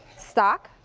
stock.